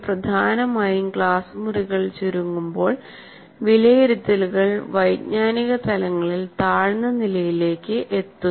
പ്രധാനമായും ക്ലാസ് മുറികൾ ചുരുങ്ങുമ്പോൾ വിലയിരുത്തലുകൾ വൈജ്ഞാനിക തലങ്ങളിൽ താഴ്ന്ന നിലയിലേക്ക് എത്തുന്നു